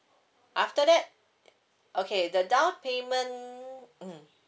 after that okay the down payment mm